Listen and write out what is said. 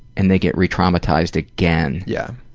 and they get re-traumatized again. yeah,